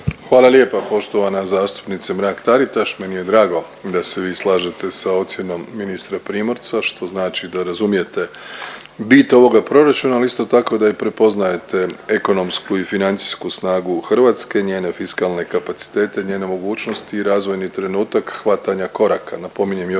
Hvala lijepa poštovana zastupnice Mrak Taritaš. Meni je drago da se vi slažete sa ocjenom ministra Primorca što znači da razumijete bit ovoga proračuna, ali isto tako da i prepoznajete ekonomsku i financijsku snagu Hrvatske, njene fiskalne kapacitete, njene mogućnosti i razvojni trenutak hvatanja koraka.